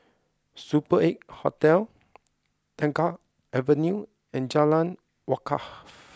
super eight Hotel Tengah Avenue and Jalan Wakaff